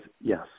Yes